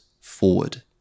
forward